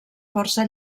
força